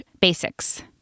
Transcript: basics